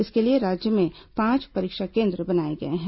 इसके लिए राज्य में पांच परीक्षा केन्द्र बनाए गए हैं